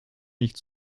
nicht